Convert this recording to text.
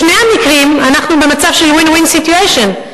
בשני המקרים אנחנו במצב של win win situation.